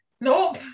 Nope